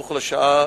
סמוך לשעה